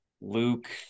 luke